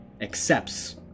accepts